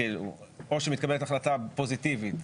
או שמתקבלת החלטה פוזיטיבית,